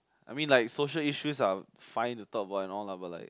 I mean like social issues are fine to talk about and all lah but like